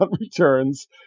returns